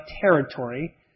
territory